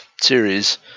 series